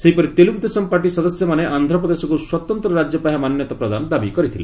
ସେହିପରି ତେଲ୍ରଗ୍ରଦେଶମ୍ ପାର୍ଟି ସଦସ୍ୟମାନେ ଆନ୍ଧ୍ରପ୍ରଦେଶକୁ ସ୍ୱତନ୍ତ ରାଜ୍ୟ ପାହ୍ୟା ମାନ୍ୟତା ପ୍ରଦାନ ଦାବି କରିଥିଲେ